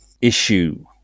issue